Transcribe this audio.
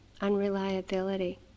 unreliability